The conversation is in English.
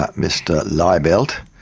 ah mr liebelt,